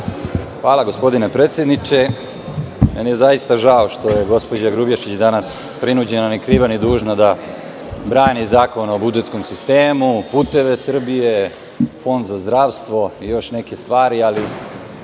Hvala gospodine predsedniče. Zaista mi je žao što je gospođa Grubješić danas prinuđena ni kriva ni dužna da brani zakon o budžetskom sistemu, "Puteve Srbije", Fond za zdravstvo i još neke stvari, ali